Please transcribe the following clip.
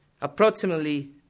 approximately